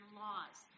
laws